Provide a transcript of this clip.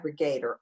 aggregator